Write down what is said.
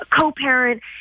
co-parent